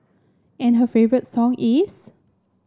and her favourite song is